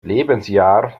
lebensjahr